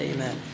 Amen